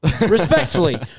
respectfully